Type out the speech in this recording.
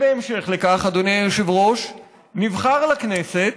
בהמשך לכך, אדוני היושב-ראש, הוא נבחר לכנסת,